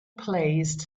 placed